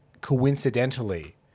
coincidentally